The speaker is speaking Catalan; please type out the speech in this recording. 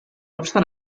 obstant